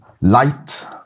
Light